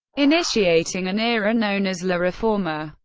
initiating an era known as la reforma.